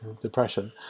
depression